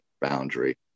boundary